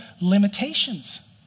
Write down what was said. limitations